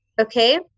okay